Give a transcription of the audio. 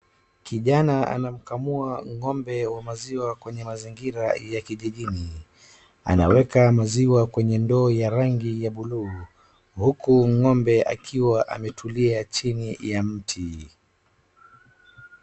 kijana anamkamua ng'ombe wa maziwa kwenye mazingira ya kijijini anaweka maziwa kwenye ndoo ya rangi buluu huku ng'ombe akiwa ametullia chini ya mti